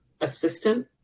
assistant